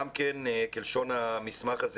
גם כן כלשון המסמך הזה,